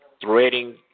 threading